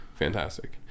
fantastic